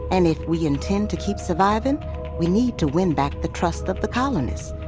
and if we intend to keep surviving we need to win back the trust of the colonists.